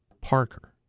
Parker